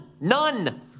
none